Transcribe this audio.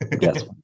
Yes